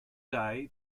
day